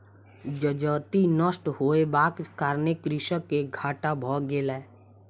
जजति नष्ट होयबाक कारणेँ कृषक के घाटा भ गेलै